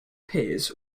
piers